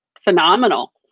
phenomenal